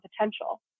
potential